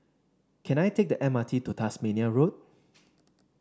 can I take the M R T to Tasmania Road